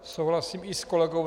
Souhlasím i s kolegou